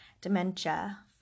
dementia